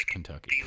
Kentucky